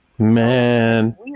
Man